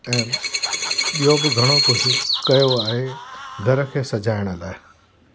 ऐं ॿियों बि घणो कुझु कयो आहे घर खे सजाइण लाइ